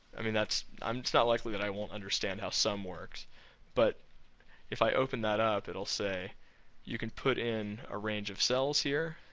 i mean um it's not likely that i won't understand how sum works but if i open that up, it'll say you can put in a range of cells here,